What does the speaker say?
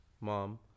mom